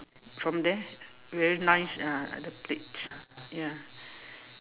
from there very nice ah the plates ya